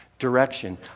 direction